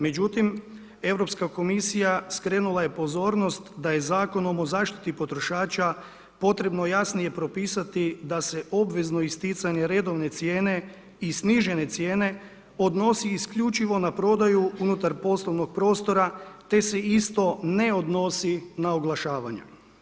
Međutim, Europska komisija skrenula je pozornost da je Zakonom o zaštiti potrošača potrebno jasnije propisati da se obvezno isticanje redovne cijene i snižene cijene odnosi isključivo na prodaju unutar poslovnog prostora isto ne odnosi na oglašavanja.